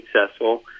successful